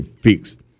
fixed